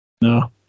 No